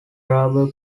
rubber